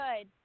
good